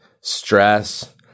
stress